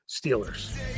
Steelers